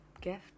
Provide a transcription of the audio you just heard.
gift